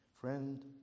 Friend